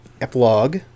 epilogue